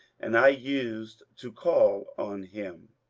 and i used to call on him.